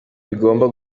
bigomba